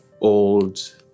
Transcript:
old